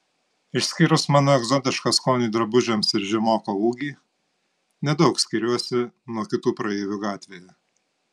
išskyrus mano egzotišką skonį drabužiams ir žemoką ūgį nedaug skiriuosi nuo kitų praeivių gatvėje